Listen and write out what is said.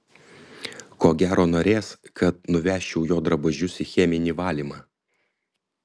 ko gero norės kad nuvežčiau jo drabužius į cheminį valymą